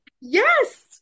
yes